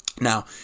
Now